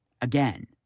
again